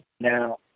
Now